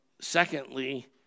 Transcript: secondly